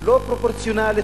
לא פרופורציונלית,